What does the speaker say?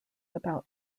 about